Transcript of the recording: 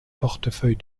portefeuille